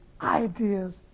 ideas